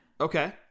Okay